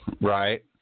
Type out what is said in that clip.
Right